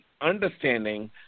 understanding